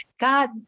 God